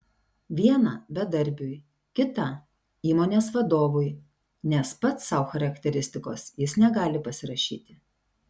vieną bedarbiui kitą įmonės vadovui nes pats sau charakteristikos jis negali pasirašyti